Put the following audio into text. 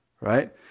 right